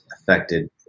affected